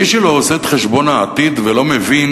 מי שלא עושה את חשבון העתיד ולא מבין